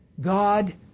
God